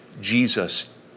Jesus